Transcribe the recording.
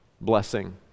blessing